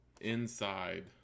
inside